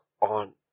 on